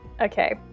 Okay